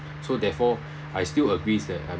so therefore I still agrees that I